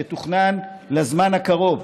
שתוכנן לזמן הקרוב,